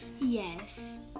Yes